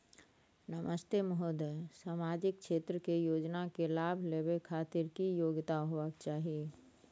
नमस्ते महोदय, सामाजिक क्षेत्र के योजना के लाभ लेबै के खातिर की योग्यता होबाक चाही?